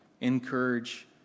Encourage